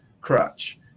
crutch